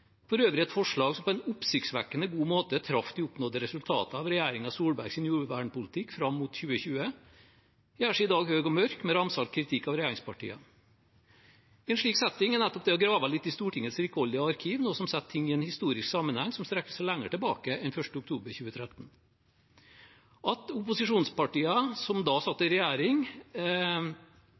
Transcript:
for øvrig et forslag som på en oppsiktsvekkende god måte traff det oppnådde resultatet av regjeringen Solbergs jordvernpolitikk fram mot 2020 – gjør seg i dag høye og mørke med ramsalt kritikk av regjeringspartiene. I en slik setting er det å grave litt i Stortingets rikholdige arkiv noe som setter ting i en historisk sammenheng, og som strekker seg lenger tilbake enn til 1. oktober 2013. At opposisjonspartier som da satt i regjering,